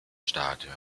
stadion